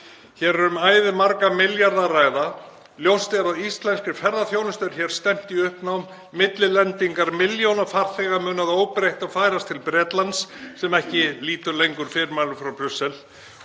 Hér er um æðimarga milljarða að ræða og ljóst að íslenskri ferðaþjónustu er stefnt í uppnám. Millilendingar milljóna farþega munu að óbreyttu að færast til Bretlands sem ekki lýtur lengur fyrirmælum frá Brussel.